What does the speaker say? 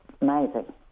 amazing